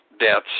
Debts